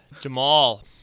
Jamal